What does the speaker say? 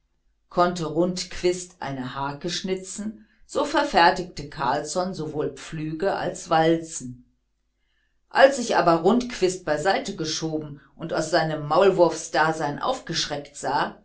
konnte rundquist eine harke schnitzen so verfertigte carlsson sowohl pflüge als walzen als sich aber rundquist beiseite geschoben und aus seinem maulwurfsdasein aufgeschreckt sah